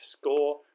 score